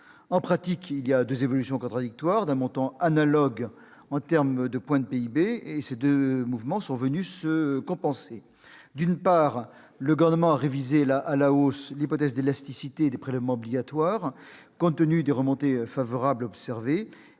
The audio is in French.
En pratique, deux évolutions contradictoires, d'un montant analogue en points de PIB, sont venues se compenser : d'une part, le Gouvernement a révisé à la hausse l'hypothèse d'élasticité des prélèvements obligatoires, compte tenu des remontées comptables favorables observées